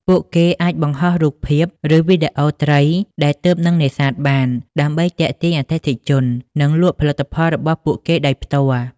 ពួកគេអាចបង្ហោះរូបភាព ឬវីដេអូត្រីដែលទើបនឹងនេសាទបាន ដើម្បីទាក់ទាញអតិថិជន និងលក់ផលិតផលរបស់ពួកគេដោយផ្ទាល់។